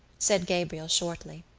said gabriel shortly.